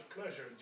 pleasure